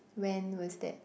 when was that